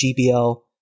gbl